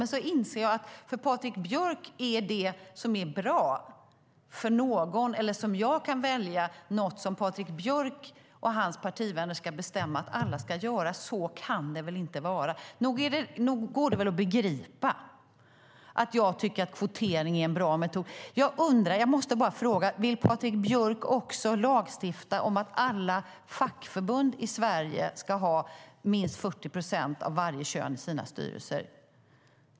Men sedan inser jag att för Patrik Björck är det som är bra för någon eller det som jag kan välja något som han och hans partivänner ska bestämma att alla ska göra. Så kan det väl inte vara! Nog går det väl att begripa att jag tycker att kvotering är en bra metod. Jag måste bara fråga: Vill Patrik Björck också lagstifta om att alla fackförbund i Sverige ska ha minst 40 procent av varje kön i sina styrelser?